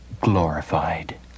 glorified